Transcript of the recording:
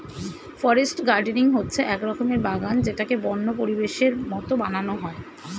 forest gardening হচ্ছে এক রকমের বাগান যেটাকে বন্য পরিবেশের মতো বানানো হয়